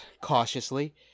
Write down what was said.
cautiously